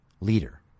leader